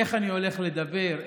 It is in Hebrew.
איך אני הולך לדבר,